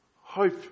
hope